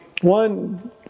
One